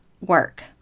work